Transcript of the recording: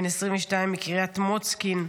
בן 22 מקריית מוצקין,